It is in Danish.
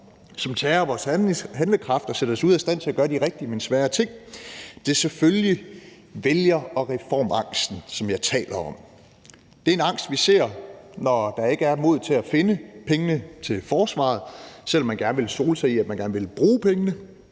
som tærer på vores handlekraft og sætter os ude af stand til at gøre de rigtige, men svære ting. Det er selvfølgelig vælger- og reformangsten, som jeg taler om. Det er en angst, vi ser, når der ikke er modet til at finde pengene til forsvaret, selv om man gerne vil sole sig i at sige, at man gerne vil bruge pengene.